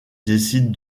décide